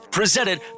presented